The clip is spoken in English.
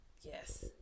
Yes